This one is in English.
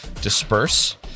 disperse